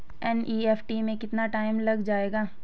NEFT में कितना time लग जाएगा?